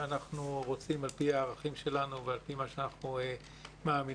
שאנחנו רוצים על פי הערכים שלנו ועל פי מה שאנחנו מאמינים.